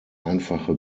einfache